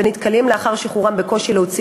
והם נתקלים לאחר שחרורם בקושי להוציא